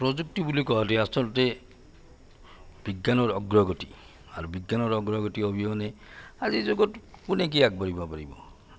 প্ৰযুক্তি বুলি কওঁতে আচলতে বিজ্ঞানৰ অগ্ৰগতি আৰু বিজ্ঞানৰ অগ্ৰগতি অবিহনে আজিৰ যুগত কোনে কি আগবাঢ়িব পাৰিব